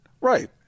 right